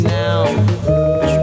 now